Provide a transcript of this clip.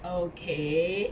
okay